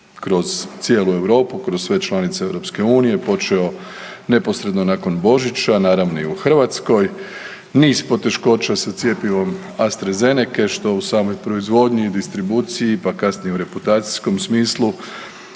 kroz cijelu Europu, kroz sve članice EU, počeo neposredno nakon Božića naravno i u Hrvatskoj, niz poteškoća sa cjepivom AstraZenece što u samoj proizvodnji i distribuciji, pa kasnije u reputacijskom smislu,